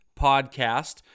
podcast